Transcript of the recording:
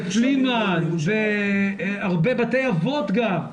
בפלימן, בהרבה בתי אבות גם.